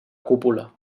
cúpula